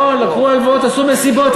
לקחו הלוואות, עשו מסיבות.